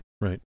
right